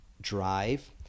drive